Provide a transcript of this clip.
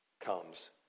comes